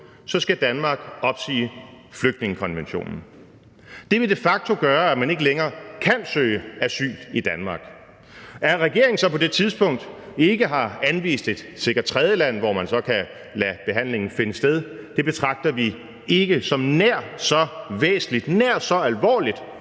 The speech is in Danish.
så skal Danmark opsige flygtningekonventionen. Det vil de facto gøre, at man ikke længere kan søge asyl i Danmark. At regeringen så på det tidspunkt ikke har anvist et sikkert tredjeland, hvor man så kan lade behandlingen finde sted, betragter vi ikke som nær så væsentligt, nær så alvorligt